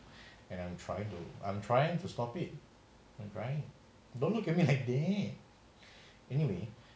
and I'm trying to I'm trying to stop it grain don't look at me like that anyway